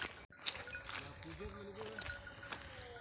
TV recharge phone ಒಳಗ ಮಾಡ್ಲಿಕ್ ಬರ್ತಾದ ಏನ್ ಇಲ್ಲ?